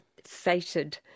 fated